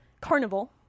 Carnival